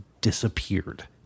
disappeared